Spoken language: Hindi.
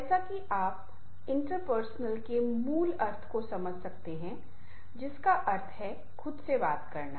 जैसा कि आप इंट्रपर्सनल के मूल अर्थ को समझ सकते हैं जिसका अर्थ है खुद से बात करना